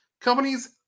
Companies